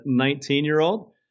19-year-old